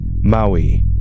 Maui